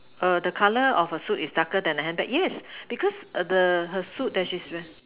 err the color of her suit is darker than the handbag yes because the her suit that she's wear